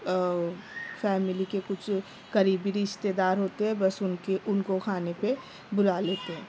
کے کچھ قریبی رشتے دار ہوتے ہیں بس اُن کی اُن کو کھانے پہ بُلا لیتے ہیں